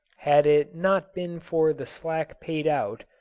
had it not been for the slack paid out,